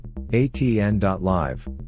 ATN.Live